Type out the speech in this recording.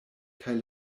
kaj